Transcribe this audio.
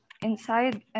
inside